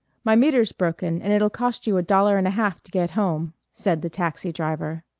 my meter's broken and it'll cost you a dollar and a half to get home, said the taxi driver.